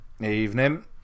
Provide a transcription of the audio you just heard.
Evening